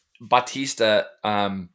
Batista